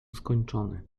skończony